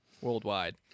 worldwide